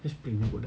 this premium food